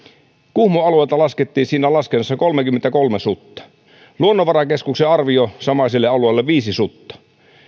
kuhmon alueelta laskettiin siinä laskennassa kolmekymmentäkolme sutta luonnonvarakeskuksen arvio samaiselle alueelle viisi sutta